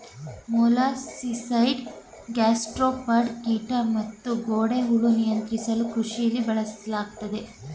molluscicide gastropod ಕೀಟ ಮತ್ತುಗೊಂಡೆಹುಳು ನಿಯಂತ್ರಿಸಲುಕೃಷಿಲಿ ಬಳಸಲಾಗ್ತದೆ